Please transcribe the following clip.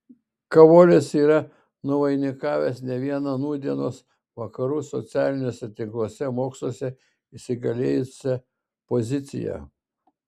kavolis yra nuvainikavęs ne vieną nūdienos vakarų socialiniuose moksluose įsigalėjusią poziciją